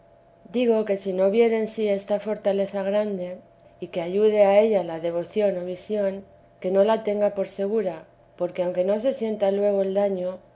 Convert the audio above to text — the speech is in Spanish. digo que si no viere en sí esta fortaleza grande y teresa de que ayude a ella la devoción o visión que no la tei por segura porque aunque no se sienta luego el daño